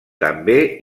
també